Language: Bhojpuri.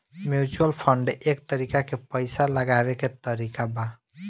म्यूचुअल फंड एक तरीका के पइसा लगावे के तरीका बा